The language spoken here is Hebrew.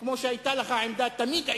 כמו שתמיד היתה לך עמדה עקבית,